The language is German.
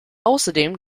außerdem